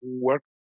work